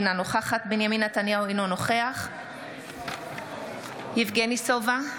אינה נוכחת בנימין נתניהו, אינו נוכח יבגני סובה,